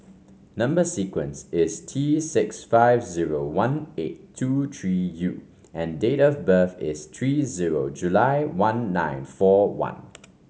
number sequence is T six five zero one eight two three U and date of birth is three zero July one nine four one